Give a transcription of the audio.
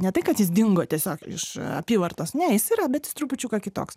ne tai kad jis dingo tiesiog iš apyvartos ne jis yra bet jis trupučiuką kitoks